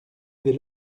dès